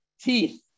teeth